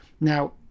Now